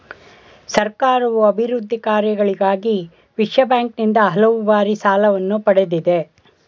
ಸರ್ಕಾರವು ಅಭಿವೃದ್ಧಿ ಕಾರ್ಯಗಳಿಗಾಗಿ ವಿಶ್ವಬ್ಯಾಂಕಿನಿಂದ ಹಲವು ಬಾರಿ ಸಾಲವನ್ನು ಪಡೆದಿದೆ